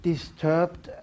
disturbed